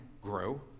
grow